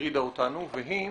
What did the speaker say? שהטרידה אותנו והיא